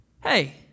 hey